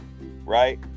right